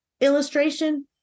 illustration